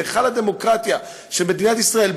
בהיכל הדמוקרטיה של מדינת ישראל,